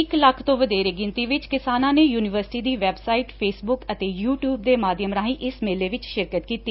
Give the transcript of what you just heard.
ਇਕ ਲੱਖ ਤੋਂ ਵਧੇਰੇ ਗਿਣਤੀ ਵਿਚ ਕਿਸਾਨਾਂ ਨੇ ਯੂਨੀਵਰਸਿਟੀ ਦੀ ਵੈਬਸਾਈਟ ਫੇਸਬੁੱਕ ਅਤੇ ਯੂ ਟਿਊਬ ਦੇ ਮਾਧਿਅਮ ਰਾਹੀਂ ਇਸ ਮੇਲੇ ਵਿਚ ਸ਼ਿਰਕਤ ਕੀਤੀ